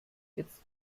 jetzt